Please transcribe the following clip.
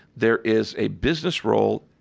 there is a business role,